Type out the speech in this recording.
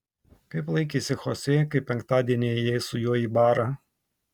kaip laikėsi chosė kai penktadienį ėjai su juo į barą